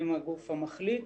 הם הגוף המחליט.